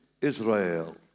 Israel